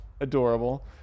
adorable